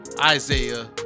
Isaiah